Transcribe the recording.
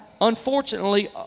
unfortunately